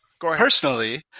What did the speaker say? personally